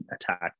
attack